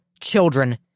children